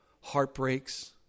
heartbreaks